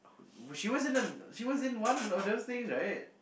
who she was in a she was in one of those things right